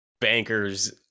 bankers